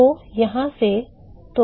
तो यहाँ से तो dq संवहन क्या है